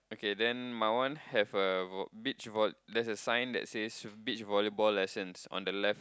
okay then my one have a vo~ beach voll~ there's a sign that says beach volleyball lessons on the left